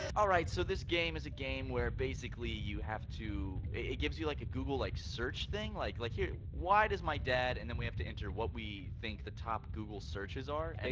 alright, so this game is a game where basically you have to it gives you, like, a google, like, search thing. like like here, why does my dad? and then we have to enter what we think the top google searches are.